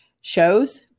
shows